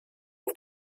auf